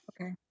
Okay